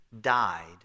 died